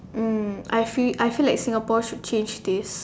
mm I feel I feel like Singapore should change this